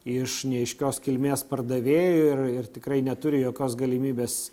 iš neaiškios kilmės pardavėjų ir ir tikrai neturi jokios galimybės